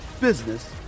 business